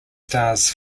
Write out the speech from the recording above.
stars